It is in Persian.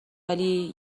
ولی